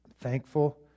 thankful